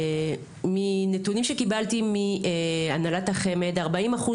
מנתונים שקיבלתי מהנהלת החמ"ד ארבעים אחוז